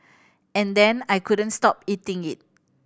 and then I couldn't stop eating it